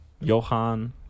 Johan